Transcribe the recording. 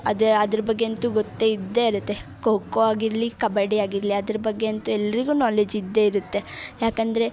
ಅದೇ ಅದ್ರ ಬಗ್ಗೆ ಅಂತೂ ಗೊತ್ತೇ ಇದ್ದೇ ಇರುತ್ತೆ ಖೋ ಖೋ ಆಗಿರಲಿ ಕಬಡ್ಡಿ ಆಗಿರಲಿ ಅದ್ರ ಬಗ್ಗೆ ಅಂತೂ ಎಲ್ಲರಿಗೂ ನಾಲೇಜ್ ಇದ್ದೇ ಇರುತ್ತೆ ಯಾಕಂದರೆ